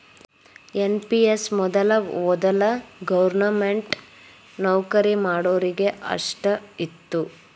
NPS ಮೊದಲ ವೊದಲ government ನೌಕರಿ ಮಾಡೋರಿಗೆ ಅಷ್ಟ ಇತ್ತು